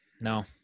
No